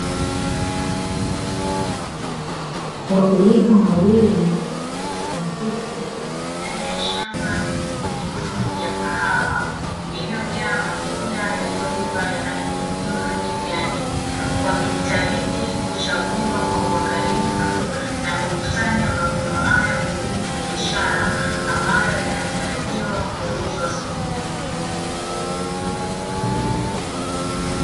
Wakulima wawili wa kike ndani ya shamba lenye miti mingi ya kahawa lililojaa matunda yaliyoiva ya rangi nyekundu na kijani, wakijitahidi kuchagua kwa uangalifu wakikusanya mavuno haya muhimu ya biashara ambayo yanatarajiwa kuuzwa sokoni.